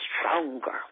stronger